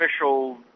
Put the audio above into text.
official –